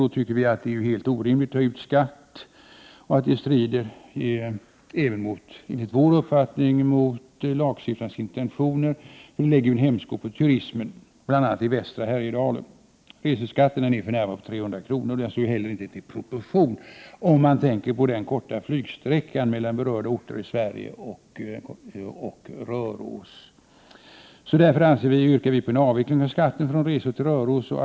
Vi tycker att det är helt orimligt att ta ut skatt för resor till Röros och att det enligt vår uppfattning strider mot lagstiftarens intentioner och lägger en hämsko på turismen i bl.a. västra Härjedalen. Reseskatten är för närvarande 300 kr., och den står inte heller i proportion till den korta flygsträckan mellan berörda orter i Sverige och Röros. Vi yrkar därför på en avveckling av skatten för resor till Röros.